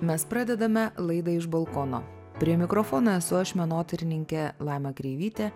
mes pradedame laidą iš balkono prie mikrofono esu aš menotyrininkė laima kreivytė